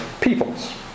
peoples